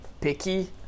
picky